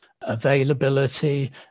availability